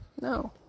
No